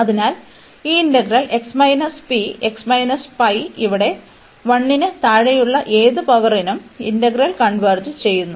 അതിനാൽ ഈ integral x minus p ഇവിടെ 1 ന് താഴെയുള്ള ഏത് പവറിനും ഇന്റഗ്രൽ കൺവെർജ് ചെയ്യുന്നു